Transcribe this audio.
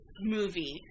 movie